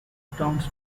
prompts